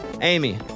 amy